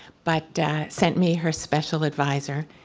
but sent me, her special advisor,